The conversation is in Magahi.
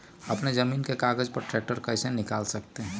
अपने जमीन के कागज पर ट्रैक्टर कैसे निकाल सकते है?